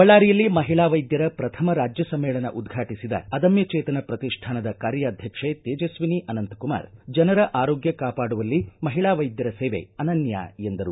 ಬಳ್ಳಾರಿಯಲ್ಲಿ ಮಹಿಳಾ ವೈದ್ಯರ ಪ್ರಥಮ ರಾಜ್ಯ ಸಮ್ಮೇಳನ ಉದ್ಘಾಟಿಸಿದ ಅದಮ್ಯ ಚೇತನ ಪ್ರತಿಷ್ಠಾನದ ಕಾರ್ಯಾಧ್ಯಕ್ಷ ತೇಜಸ್ವಿನಿ ಅನಂತಕುಮಾರ್ ಜನರ ಆರೋಗ್ಯ ಕಾಪಾಡುವಲ್ಲಿ ಮಹಿಳಾ ವೈದ್ಯರ ಸೇವೆ ಅನನ್ಯ ಎಂದರು